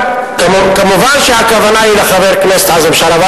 כמובן שהכוונה לחבר הכנסת עזמי בשארה,